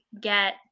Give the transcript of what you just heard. get